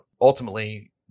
ultimately